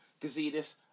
Gazidis